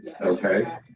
okay